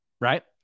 right